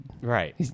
Right